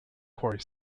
quarry